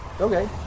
Okay